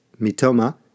Mitoma